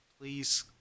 Please